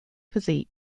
physique